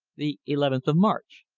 the eleventh of march.